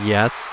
Yes